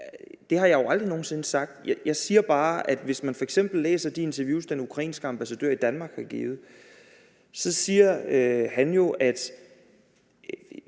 Det har jeg jo aldrig nogen sinde sagt. Jeg siger bare, at hvis man f.eks. læser de interview, den ukrainske ambassadør i Danmark har givet, så siger han jo, at